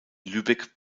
lübeck